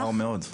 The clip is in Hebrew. מאוחר מאוד.